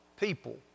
people